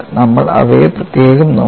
നമ്മൾ അവയെ പ്രത്യേകം നോക്കി